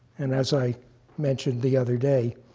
and as i mentioned the other day,